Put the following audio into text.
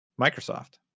microsoft